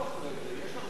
יש הרבה שאלות.